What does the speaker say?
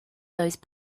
those